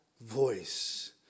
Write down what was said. voice